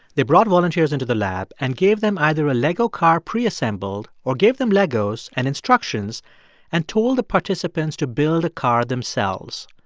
they brought volunteers into the lab and gave them either a lego car preassembled or gave them legos and instructions and told the participants to build a car themselves.